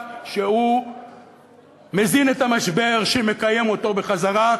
שהוא מזין את המשבר שמקיים אותו בחזרה,